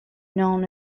known